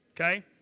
okay